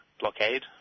blockade